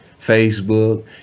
Facebook